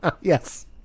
Yes